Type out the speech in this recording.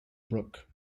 brook